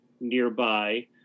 nearby